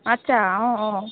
আচ্ছা অঁ অঁ